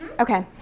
okay.